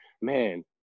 man